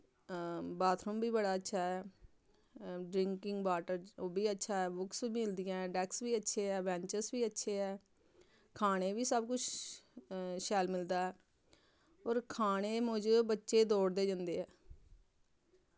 bathroom बी बड़ा अच्छा ऐ ड्रिंकिंग बाटर ओह् बी अच्छा ऐ बुक्स मिलदियां ऐ डैक्स बी अच्छे ऐ बैंचिस बी अच्छे ऐ खाने गी बी सब कुछ शैल मिलदा ऐ होर खाने दी मुजब बच्चे दौड़दे जंदे ऐ